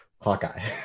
Hawkeye